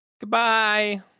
Goodbye